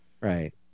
Right